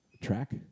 track